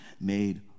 made